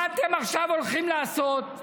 מה אתם עכשיו הולכים לעשות?